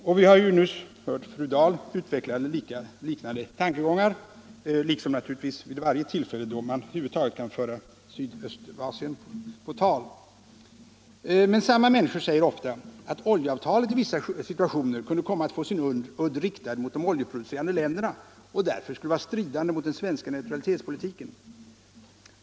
Och vi har nyss hört fru Dahl utveckla liknande tankegångar, liksom naturligtvis vid varje tillfälle då man över huvud taget kan föra Sydöstasien på tal. Men samma människor säger ofta att oljeavtalet i vissa situationer kunde komma att få sin udd riktad mot de oljeproducerande länderna och därför skulle vara stridande mot den svenska neutralitetspolitiken.